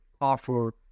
offer